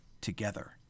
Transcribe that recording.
together